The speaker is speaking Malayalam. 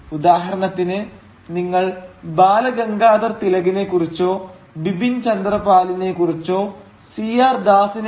ഉദാഹരണത്തിന് നിങ്ങൾ ബാല ഗംഗാദര തിലകിനെ കുറിച്ചോ ബിപിൻ ചന്ദ്ര പാലിനെ കുറിച്ചോ സി ആർ ദാസിനെ C